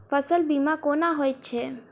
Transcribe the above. फसल बीमा कोना होइत छै?